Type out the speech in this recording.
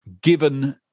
given